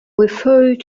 referred